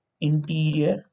interior